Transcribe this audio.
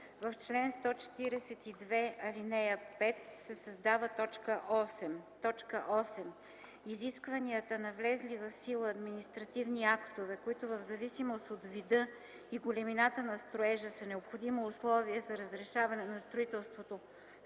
В чл. 142, ал. 5 се създава т. 8: „8. изискванията на влезли в сила административни актове, които в зависимост от вида и големината на строежа са необходимо условие за разрешаване на строителството